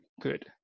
good